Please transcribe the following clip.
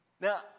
Now